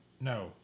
No